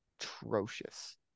atrocious